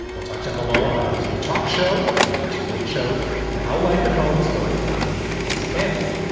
we'll talk to elmo about his new talk show. the not too late show and how life at home is going for him and his family.